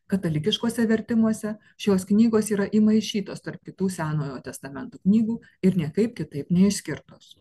katalikiškuose vertimuose šios knygos yra įmaišytos tarp kitų senojo testamento knygų ir niekaip kitaip neišskirtos